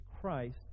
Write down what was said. Christ